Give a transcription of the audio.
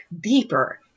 deeper